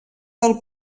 del